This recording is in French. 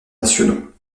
nationaux